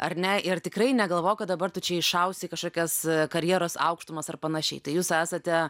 ar ne ir tikrai negalvok kad dabar tu čia iššausi į kažkokias karjeros aukštumas ar panašiai tai jūs esate